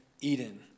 Eden